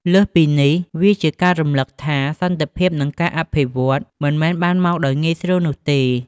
លើសពីនេះវាជាការរំឭកថា សន្តិភាពនិងការអភិវឌ្ឍន៍មិនមែនបានមកដោយងាយស្រួលនោះទេ។